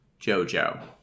Jojo